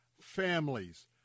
families